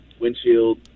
Windshield